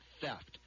theft